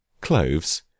cloves